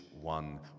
one